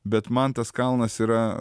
bet man tas kalnas yra